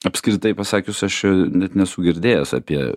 apskritai pasakius aš net nesu girdėjęs apie